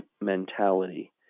mentality